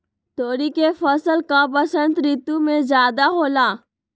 तोरी के फसल का बसंत ऋतु में ज्यादा होला?